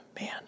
Man